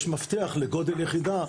יש מפתח לגודל יחידה,